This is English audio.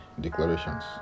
Declarations